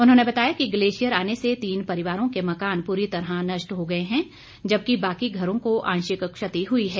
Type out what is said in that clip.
उन्होंने बताया कि गलेशियर आने से तीन परिवारों के मकान पूरी तरह नष्ट हो गए हैं जबकि बाकि घरों को आंशिक क्षति हुई है